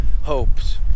Hopes